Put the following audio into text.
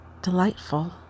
delightful